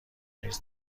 نیز